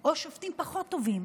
או שופטים פחות טובים?